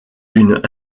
une